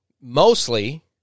mostly